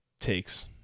takes